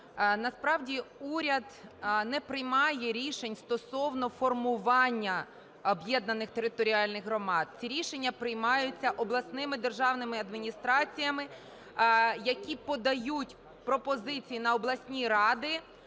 насправді уряд не приймає рішень стосовно формування об'єднаних територіальних громад. Ці рішення приймаються обласними державними адміністраціями, які подають пропозиції на обласні ради